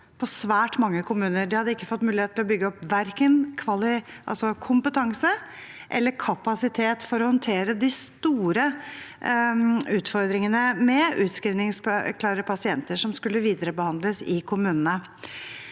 på svært mange kommuner. De hadde ikke fått mulighet til å bygge opp verken kompetanse eller kapasitet for å håndtere de store utfordringene med utskrivningsklare pasienter som skulle viderebehandles i kommunene.